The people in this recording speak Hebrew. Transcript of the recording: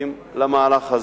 שותפים למהלך הזה.